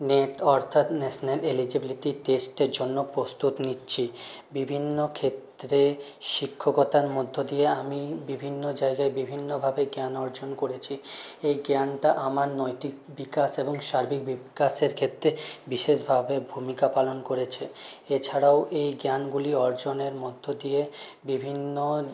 net অর্থাৎ national eligibility টেস্টের জন্য প্রস্তুত নিচ্ছি বিভিন্নক্ষেত্রে শিক্ষকতার মধ্য দিয়ে আমি বিভিন্ন জায়গায় বিভিন্নভাবে জ্ঞান অর্জন করেছি এই জ্ঞানটা আমার নৈতিক বিকাশ এবং সার্বিক বিকাশের ক্ষেত্রে বিশেষভাবে ভূমিকা পালন করেছে এছাড়াও এই জ্ঞানগুলি অর্জনের মধ্য দিয়ে বিভিন্ন